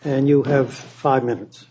and you have five minutes